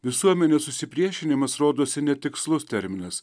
visuomenės susipriešinimas rodosi netikslus terminas